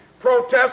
protest